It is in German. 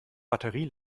batterie